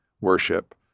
worship